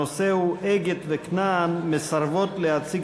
הנושא הוא: "אגד" ו"כנען" מסרבות להציג